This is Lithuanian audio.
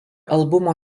albumo